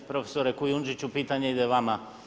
Profesore Kujundžiću, pitanje ide vama.